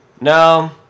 no